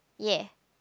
ya